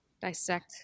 dissect